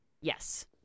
yes